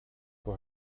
for